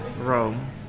rome